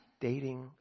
dating